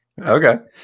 Okay